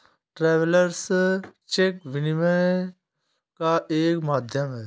travellers cheque विनिमय का एक माध्यम है